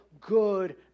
good